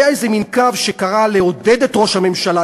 היה איזה מין קו שקרא לעודד את ראש הממשלה,